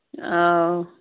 ꯑꯥꯎ